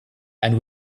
and